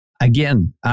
again